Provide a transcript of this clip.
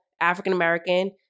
African-American